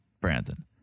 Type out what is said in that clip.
Brandon